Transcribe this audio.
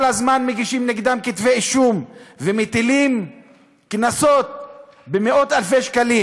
כל הזמן מגישים נגדם כתבי אישום ומטילים קנסות במאות-אלפי שקלים.